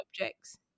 objects